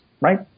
right